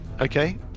Okay